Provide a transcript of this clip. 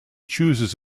chooses